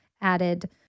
added